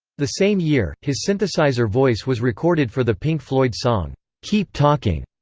the same year, his synthesizer voice was recorded for the pink floyd song keep talking,